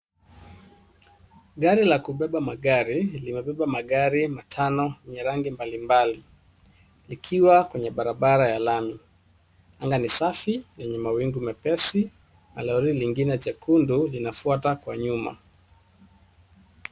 Gari la kubeba magari limebeba magari matano yenye rangi mbalimbali likiwa kwenye barabara ya lami. Anga ni safi lenye mawingu mepesi na lori lingine jekundu linafuata kwa nyuma.